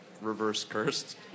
reverse-cursed